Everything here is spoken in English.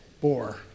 bore